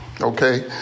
Okay